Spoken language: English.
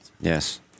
Yes